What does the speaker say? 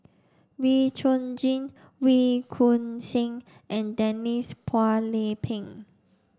Wee Chong Jin Wee Choon Seng and Denise Phua Lay Peng